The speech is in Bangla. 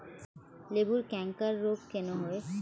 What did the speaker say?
লেবুর ক্যাংকার রোগ কেন হয়?